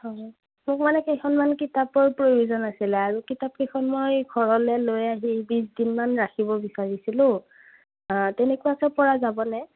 হয় মোক মানে কেইখনমান কিতাপৰ প্ৰয়োজন আছিল আৰু কিতাপ কেইখন মই ঘৰলৈ লৈ আহি বিশদিন মান ৰাখিব বিচাৰিছিলোঁ তেনেকুৱাকৈ পৰা যাবনে